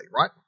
right